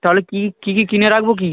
তাহলে কী কী কী কিনে রাখবো কী কী